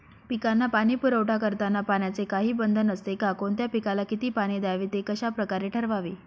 पिकांना पाणी पुरवठा करताना पाण्याचे काही बंधन असते का? कोणत्या पिकाला किती पाणी द्यावे ते कशाप्रकारे ठरवावे?